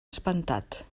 espantat